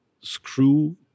screw